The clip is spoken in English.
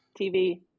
TV